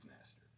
Master